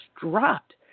dropped